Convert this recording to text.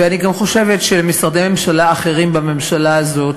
ואני גם חושבת שלמשרדי ממשלה אחרים בממשלה הזאת